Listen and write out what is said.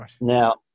Now